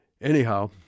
Anyhow